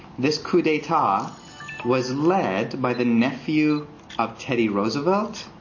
this coup d'etat was led by the nephew of teddy roosevelt,